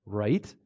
right